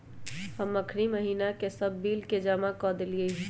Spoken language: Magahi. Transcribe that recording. हम अखनी महिना के सभ बिल के जमा कऽ देलियइ ह